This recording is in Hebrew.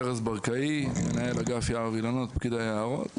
ארז ברקאי, מנהל אגף יער ואילנות, פקיד היערות.